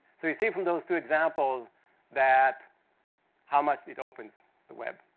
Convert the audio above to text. so you see from those two examples that how much it opens the web.